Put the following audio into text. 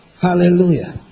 Hallelujah